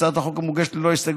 הצעת החוק מוגשת ללא הסתייגויות,